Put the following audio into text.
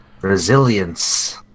Resilience